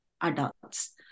adults